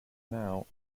now